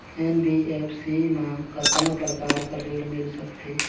NBFC मा कतना प्रकार कर ऋण मिल सकथे?